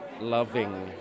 loving